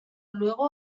luego